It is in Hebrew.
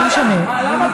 למה?